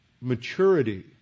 maturity